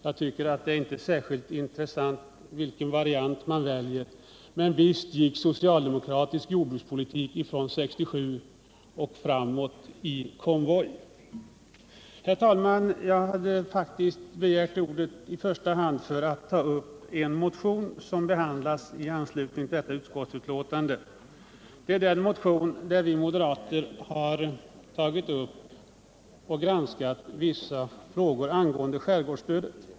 Det är inte särskilt intressant vilken variant man väljer, men visst gick socialdemokratisk jordbrukspolitik från 1967 i konvoj. Herr talman! Jag hade faktiskt i första hand begärt ordet för att ta upp en motion som behandlats i anslutning till detta utskottsbetänkande. Det gäller den motion där vi moderater har granskat vissa frågor angående skärgårdsstödet.